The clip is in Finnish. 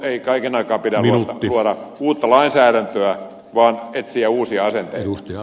ei kaiken aikaa pidä luoda uutta lainsäädäntöä vaan etsiä uusia asenteita